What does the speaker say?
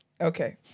Okay